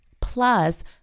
Plus